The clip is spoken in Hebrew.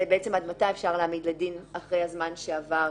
זה בעצם עד מתי אפשר להעמיד לדין אחרי הזמן שעבר